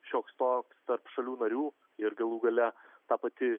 šioks toks tarp šalių narių ir galų gale ta pati